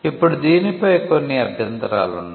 ఇప్పుడు దీనిపై కొన్ని అభ్యంతరాలు ఉన్నాయి